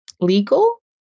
legal